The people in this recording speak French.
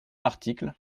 article